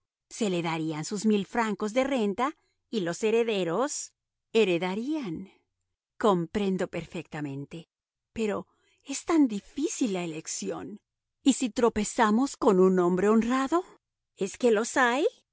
se le darían sus mil francos de renta y los herederos heredarían comprendo perfectamente pero es tan difícil la elección y si tropezásemos con un hombre honrado es que los hay